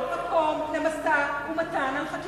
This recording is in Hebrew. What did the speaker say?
כאן זה לא המקום למשא-ומתן על חקיקה,